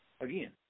again